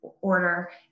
order